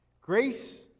Grace